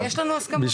יש לנו הסכמות.